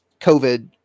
COVID